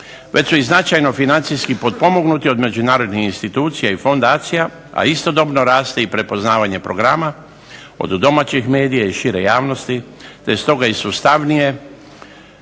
već su i značajno financijski potpomognuti od međunarodnih institucija i fondacija, a istodobno raste i prepoznavanje programa od domaćih medija i šire javnosti, te je stoga i sustavnije